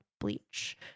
bleach